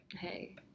hey